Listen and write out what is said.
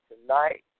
tonight